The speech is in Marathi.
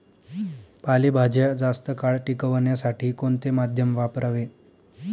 पालेभाज्या जास्त काळ टिकवण्यासाठी कोणते माध्यम वापरावे?